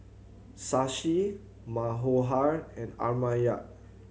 Shashi Manohar and Amartya